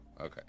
Okay